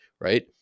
Right